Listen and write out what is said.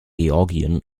georgien